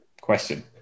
Question